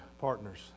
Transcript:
partners